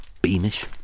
Beamish